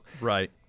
Right